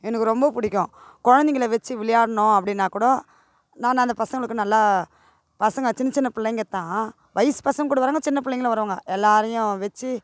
எனக்கு ரொம்ப பிடிக்கும் குழந்தைங்கள வைச்சி விளையாடணும் அப்படின்னா கூட நான் அந்த பசங்களுக்கு நல்லா பசங்க சின்ன சின்ன பிள்ளைங்க தான் வயசு பசங்க கூட வர்றாங்க சின்னப் பிள்ளைகளும் வருவாங்க எல்லோரையும் வைச்சி